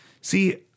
see